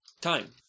Time